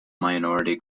minority